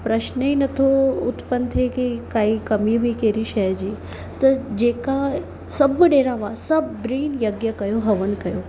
प्रश्न ई नथो उत्पन थिए की काई कमी बि कहिड़ी शइ जी त जेका सभु जणा हुआ सभिनी यज्ञ कयो हवन कयो